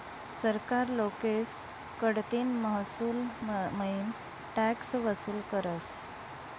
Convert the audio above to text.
सरकार लोकेस कडतीन महसूलमईन टॅक्स वसूल करस